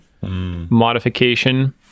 modification